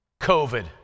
covid